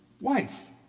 wife